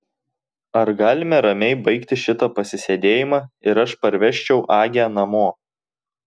ar galime ramiai baigti šitą pasisėdėjimą ir aš parvežčiau agę namo